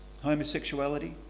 homosexuality